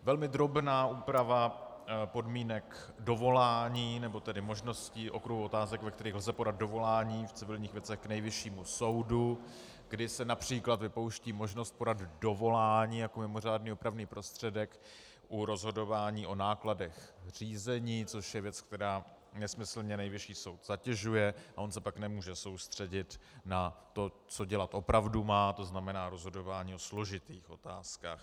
Velmi drobná úprava podmínek dovolání, nebo tedy možností, okruhů otázek, ve kterých lze podat dovolání v civilních věcech k Nejvyššímu soudu, kdy se např. vypouští možnost podat dovolání jako mimořádný opravný prostředek u rozhodování o nákladech řízení, což je věc, která nesmyslně Nejvyšší soud zatěžuje, a on se pak nemůže soustředit na to, co dělat opravdu má, to znamená rozhodování ve složitých otázkách.